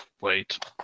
wait